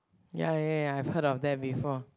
ya ya ya I heard of that before